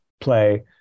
play